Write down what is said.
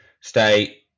stay